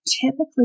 typically